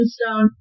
Stone